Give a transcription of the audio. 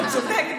אתה צודק.